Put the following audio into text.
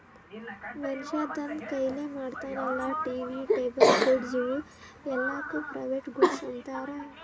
ಮನ್ಶ್ಯಾ ತಂದ್ ಕೈಲೆ ಮಾಡ್ತಾನ ಅಲ್ಲಾ ಟಿ.ವಿ, ಟೇಬಲ್, ಫ್ರಿಡ್ಜ್ ಇವೂ ಎಲ್ಲಾಕ್ ಪ್ರೈವೇಟ್ ಗೂಡ್ಸ್ ಅಂತಾರ್